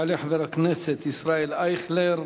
יעלה חבר הכנסת ישראל אייכלר,